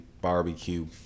Barbecue